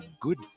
Good